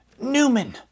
Newman